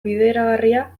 bideragarria